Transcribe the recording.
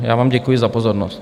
Já vám děkuji za pozornost.